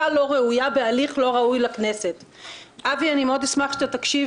אני חושב שאם יש תקנות שהן דחופות ותפקיד הוועדה כרגע זה להגיד